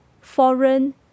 foreign